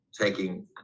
taking